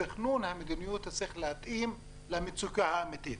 תכנון המדיניות צריך להתאים למצוקה האמיתית.